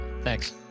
Thanks